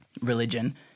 religion